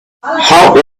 how